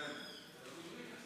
אתה מפריע לי להתחיל.